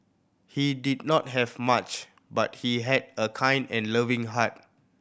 he did not have much but he had a kind and loving heart